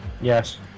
yes